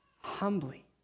humbly